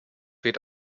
weht